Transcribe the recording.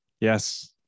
Yes